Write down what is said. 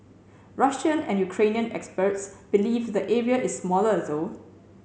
Russian and Ukrainian experts believe the area is smaller though